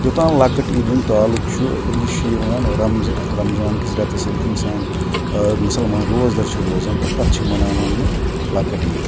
یوٚتانۍ لَکٕٹۍ عیٖدِ ہُنٛد تعلُق چھُ یہِ چھُ یِوان رمضا رَمضان کِس ریتَس ییٚلہِ اِنسان مسلمان روزدَر چھُ روزان تہٕ پتہٕ چھُ مَناوان یہٕ لَکٕٹۍ عیٖد